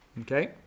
Okay